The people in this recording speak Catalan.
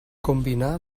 combinà